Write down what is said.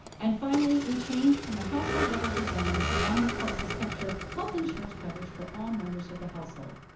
and, finally, we changed from a household level design to one that helps us capture health insurance coverage for all members of the household.